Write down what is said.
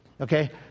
Okay